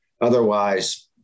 Otherwise